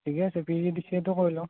ঠিকে আছে P G D C এটো কৰি লওঁ